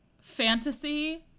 fantasy